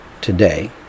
today